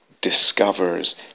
discovers